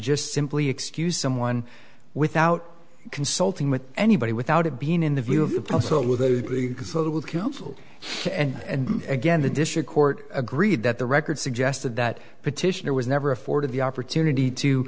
just simply excuse someone without consulting with anybody without it being in the view of the poso with little counsel and again the district court agreed that the record suggested that petitioner was never afforded the opportunity